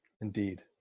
indeed